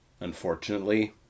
Unfortunately